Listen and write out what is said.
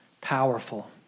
powerful